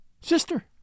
sister